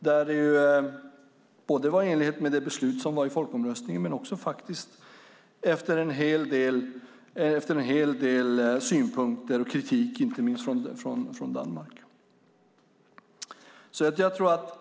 Det gjorde vi både i enlighet med det beslut som fattades i folkomröstningen och efter en hel del synpunkter och kritik inte minst från Danmark.